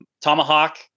tomahawk